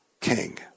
king